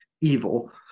evil